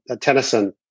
Tennyson